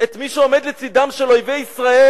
את מי שעומד לצדם של אויבי ישראל.